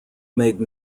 made